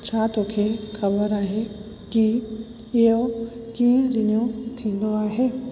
छा तोखे ख़बर आहे कि इहो कीअं रिन्यू थींदो आहे